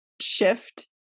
shift